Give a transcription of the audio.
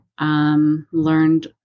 Learned